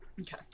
Okay